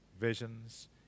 visions